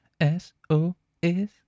S-O-S